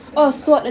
then like